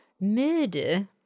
murder